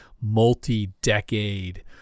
multi-decade